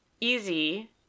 easy